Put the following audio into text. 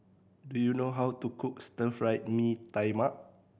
do you know how to cook Stir Fried Mee Tai Mak